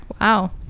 Wow